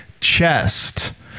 chest